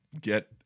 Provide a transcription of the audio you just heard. get